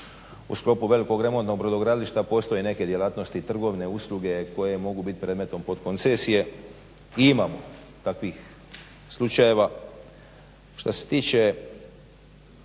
u sklopu velikog remontnog brodogradilišta postoje neke djelatnosti trgovine, usluge koje mogu biti predmetom potkoncesije i ima takvih slučajeva. Šta se tiče